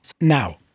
Now